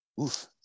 Oof